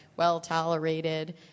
well-tolerated